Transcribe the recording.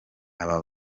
aba